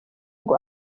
ngo